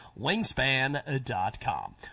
Wingspan.com